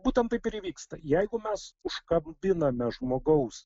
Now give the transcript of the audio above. būtent taip ir įvyksta jeigu mes užkabiname žmogaus